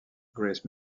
grace